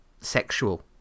sexual